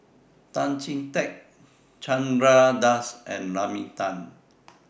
Tan Chee Teck Chandra Das and Naomi Tan